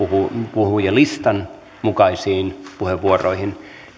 puhujalistan mukaisiin puheenvuoroihin